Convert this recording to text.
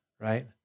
right